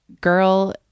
Girl